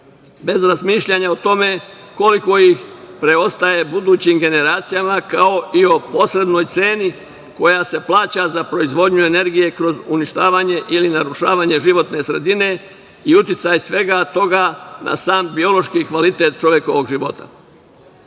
bez razmišljanja o tome koliko ih preostaje budućim generacijama, kao i o posrednoj ceni koja se plaća za proizvodnju energije kroz uništavanje ili narušavanje životne sredine i uticaja svega toga na sam biološki kvalitet čovekovog